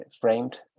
framed